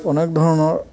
অনেক ধৰণৰ